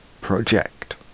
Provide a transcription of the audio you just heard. project